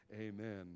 Amen